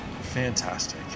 Fantastic